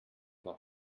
nach